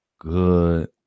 good